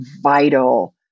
vital